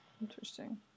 Interesting